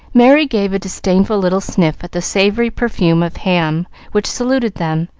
merry gave a disdainful little sniff at the savory perfume of ham which saluted them,